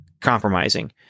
compromising